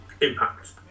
impact